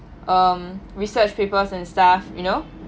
um research papers and stuff you know